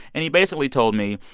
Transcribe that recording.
and he basically told me,